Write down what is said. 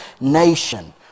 nation